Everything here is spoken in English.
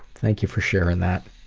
thank you for sharing that.